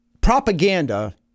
propaganda—